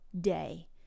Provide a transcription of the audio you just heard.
day